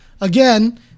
again